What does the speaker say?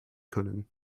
können